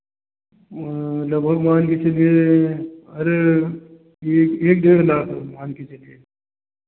लगभग मान के चलिए अरे एक एक डेढ़ लाख मान के चलिए